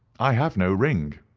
i have no ring.